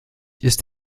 ist